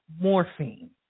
morphine